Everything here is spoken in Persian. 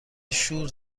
شور